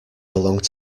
belonged